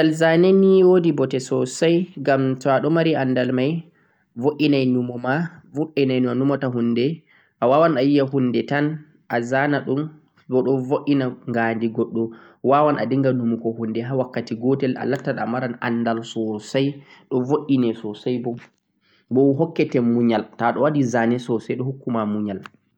Andal zani nee wodi bote sosai, ngam toàɗon mari andal mai vuenai numo ma, awawan a yiya hunde tan sai azanaɗun boo ɗon vuena, wawan a numa hunde tan sai a zanaɗun